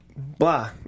Blah